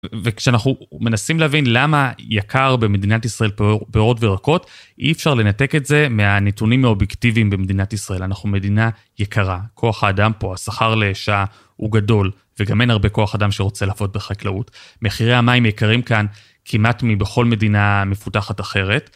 וכשאנחנו מנסים להבין למה יקר במדינת ישראל פירות וירקות אי אפשר לנתק את זה מהנתונים האובייקטיביים במדינת ישראל, אנחנו מדינה יקרה, כוח האדם פה השכר לשעה הוא גדול, וגם אין הרבה כוח אדם שרוצה לעבוד בחקלאות, מחירי המים יקרים כאן כמעט מבכל מדינה מפותחת אחרת.